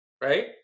right